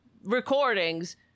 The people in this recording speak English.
recordings